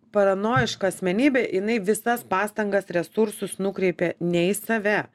paranojiška asmenybė jinai visas pastangas resursus nukreipia ne į save